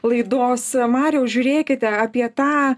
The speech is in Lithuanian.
laidos mariau žiūrėkite apie tą